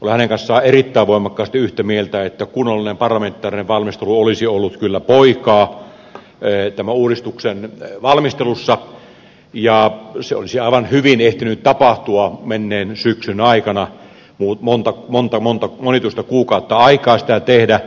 olen hänen kanssaan erittäin voimakkaasti yhtä mieltä että kunnollinen parlamentaarinen valmistelu olisi ollut kyllä poikaa tämän uudistuksen valmistelussa ja se olisi aivan hyvin ehtinyt tapahtua menneen syksyn aikana monta monituista kuukautta aikaa olisi ollut sitä tehdä